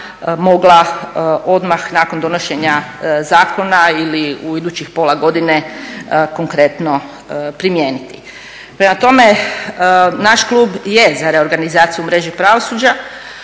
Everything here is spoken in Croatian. mogla odmah nakon donošenja zakona ili u idućih pola godine konkretno primijeniti. Prema tome, naš klub je za reorganizaciju mreže pravosuđa,